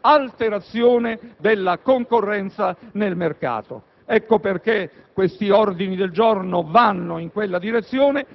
alterazione della concorrenza nel mercato. Ecco perché gli ordini del giorno vanno in quella direzione,